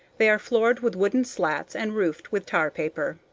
they are floored with wooden slats and roofed with tar paper.